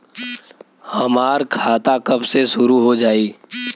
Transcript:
हमार खाता कब से शूरू हो जाई?